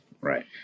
right